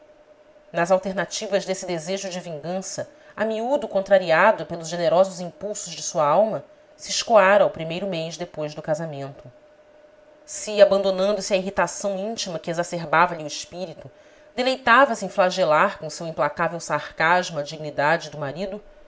nas alternativas desse desejo de vingança a miúdo contra riado pelos generosos impulsos de sua alma se escoara o primeiro mês depois do casamento se abandonando se à irritação íntima que exacerbava lhe o espírito deleitava-se em flagelar com o seu implacável sarcasmo a dignidade do marido